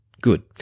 Good